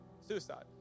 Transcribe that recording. Suicide